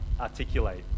articulate